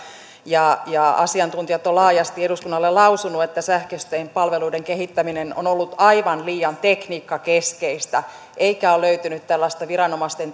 ja ja asiantuntijat ovat laajasti eduskunnalle lausuneet että sähköisten palveluiden kehittäminen on ollut aivan liian tekniikkakeskeistä eikä ole löytynyt tällaista viranomaisten